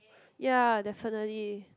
ya definitely